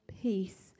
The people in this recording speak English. peace